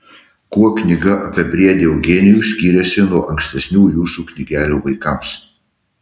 kuo knyga apie briedį eugenijų skiriasi nuo ankstesnių jūsų knygelių vaikams